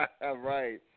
Right